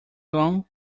long